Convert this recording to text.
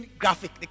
graphic